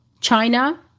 China